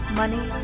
money